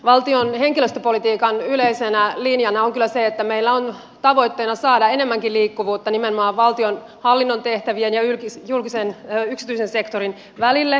valtion henkilöstöpolitiikan yleisenä linjana on kyllä se että meillä on tavoitteena saada enemmänkin liikkuvuutta nimenomaan valtionhallinnon tehtävien ja yksityisen sektorin välille